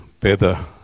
better